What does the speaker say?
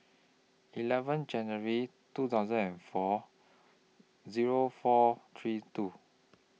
eleven January two thousand and four Zero four three two